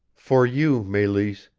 for you, meleese,